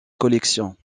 collection